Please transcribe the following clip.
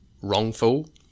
wrongful